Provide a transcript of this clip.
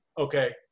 Okay